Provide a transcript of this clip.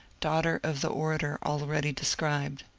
daughter of the orator already described.